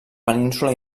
península